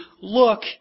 look